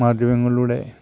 മാധ്യമങ്ങളിലൂടെ